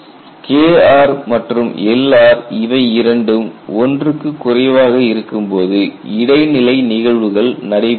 Kr மற்றும் Lr இவை இரண்டும் 1 க்கு குறைவாக இருக்கும்போது இடைநிலை நிகழ்வுகள் நடைபெறுகிறது